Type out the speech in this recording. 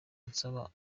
nsaba